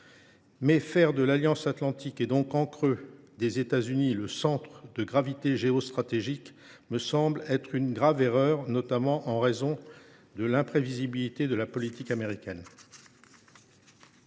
faire de l’Alliance atlantique, et donc, en creux, des États Unis le centre de gravité géostratégique de la défense européenne me paraît être une grave erreur, notamment en raison de l’imprévisibilité de la politique américaine.